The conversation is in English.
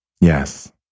Yes